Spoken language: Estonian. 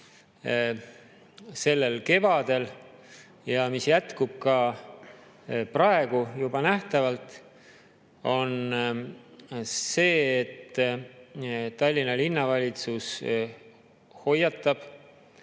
sellel kevadel ja mis jätkub ka praegu juba nähtavalt, on see, et Tallinna Linnavalitsus hoiatab